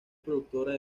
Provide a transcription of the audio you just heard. productora